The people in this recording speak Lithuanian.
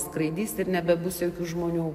skraidys ir nebebus jokių žmonių